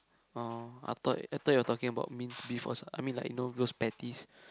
oh I thought I thought you're talking about minced beef or some I mean you know like those patties